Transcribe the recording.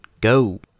go